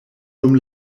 dum